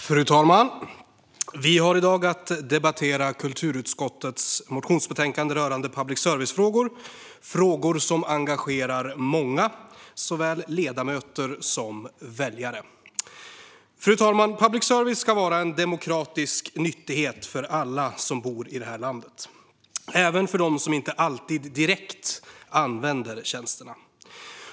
Fru talman! Vi har i dag att debattera kulturutskottets motionsbetänkande rörande public service-frågor. Det är frågor som engagerar många, såväl ledamöter som väljare. Fru talman! Public service ska vara en demokratisk nyttighet för alla som bor i det här landet, även för dem som inte alltid direkt använder tjänsterna.